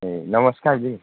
ए नमस्कार दिदी